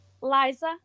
liza